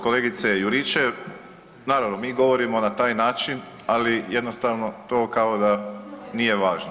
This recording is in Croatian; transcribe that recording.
Kolegice Juričev, naravno mi govorimo na taj način, ali jednostavno to kao da nije važno.